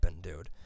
dude